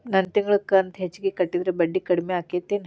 ನನ್ ತಿಂಗಳ ಕಂತ ಹೆಚ್ಚಿಗೆ ಕಟ್ಟಿದ್ರ ಬಡ್ಡಿ ಕಡಿಮಿ ಆಕ್ಕೆತೇನು?